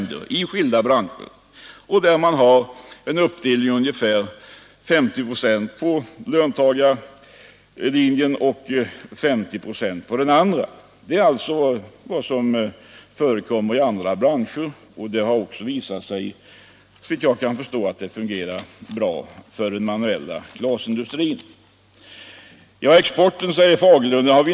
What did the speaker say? Det finns ingen anledning varför en viss grupp skall ha majoritet. Exporten har vi inte klarat, säger herr Fagerlund.